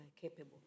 capable